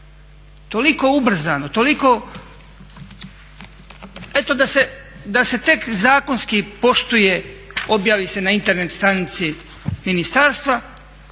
Toliko ubrzano, toliko, eto da se tek zakonski poštuje, objavi se na Internet stranici ministarstva